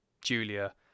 Julia